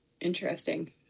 Interesting